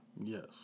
Yes